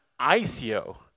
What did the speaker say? ICO